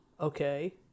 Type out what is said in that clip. okay